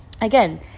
Again